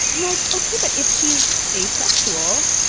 i'm like, okay, but if she's asexual,